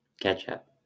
Ketchup